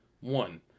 One